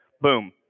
Boom